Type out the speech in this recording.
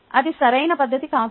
అది సరైన పద్ధతి కాదు